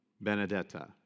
Benedetta